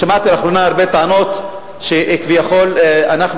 שמעתי לאחרונה הרבה טענות שכביכול אנחנו,